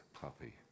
puppy